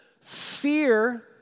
fear